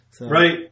Right